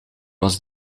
was